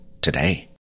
Today